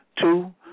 two